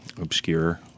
obscure